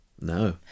no